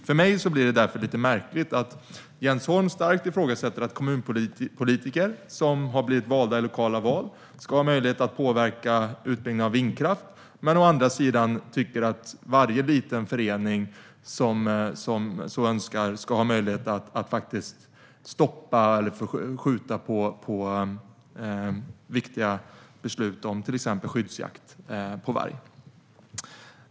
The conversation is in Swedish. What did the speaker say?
För mig blir det därför lite märkligt att Jens Holm starkt ifrågasätter att kommunpolitiker som har blivit valda i lokala val ska ha möjlighet att påverka utbredningen av vindkraft men å andra sidan tycker att varje liten förening som så önskar ska ha möjlighet att faktiskt stoppa eller skjuta på viktiga beslut om till exempel skyddsjakt på varg.